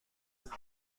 بودم